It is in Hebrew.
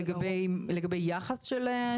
לגבי יחס של מטפלים?